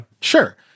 Sure